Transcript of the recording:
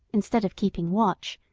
instead of keeping watch,